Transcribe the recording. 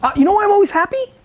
um you know why i'm always happy?